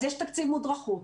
אז יש תקציב מודרכות,